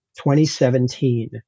2017